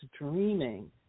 dreaming